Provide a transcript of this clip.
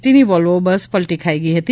ટીની Volvo bus પલટી ખાઇ ગઇ હતી